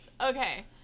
Okay